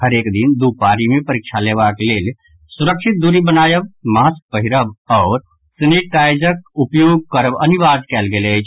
हरेक दिन दू पारी मे परीक्षा लेबाक लेल सुरक्षित दूरी बनायब मास्क पहिरब आओर सेनेटाईजरक उपयोग करब अनिर्वाय कयल गेल अछि